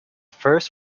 first